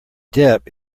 depp